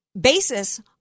basis